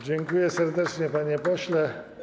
Dziękuję serdecznie, panie pośle.